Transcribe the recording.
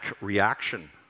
reaction